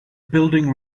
building